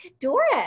Doris